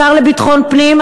השר לביטחון פנים,